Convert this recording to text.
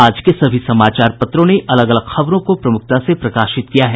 आज के सभी समाचार पत्रों ने अलग अलग खबरों को प्रमुखता से प्रकाशित किया है